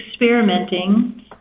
experimenting